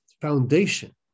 foundation